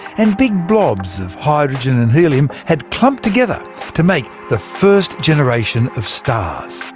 and big blobs of hydrogen and helium had clumped together to make the first generation of stars.